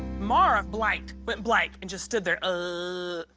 marah blanked, went blank, and just stood there ah.